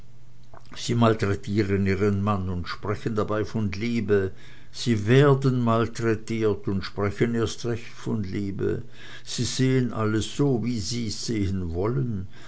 sie malträtieren ihren mann und sprechen dabei von liebe sie werden malträtiert und sprechen erst recht von liebe sie sehen alles so wie sie's sehen wollen